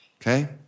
okay